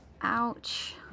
Ouch